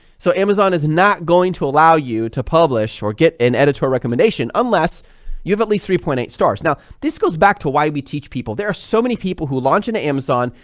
so amazon is not going to allow you to publish or get an editorial recommendation unless you have at least three point eight stars. now this goes back to why we teach people there are so many people who launch into amazon,